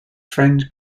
friend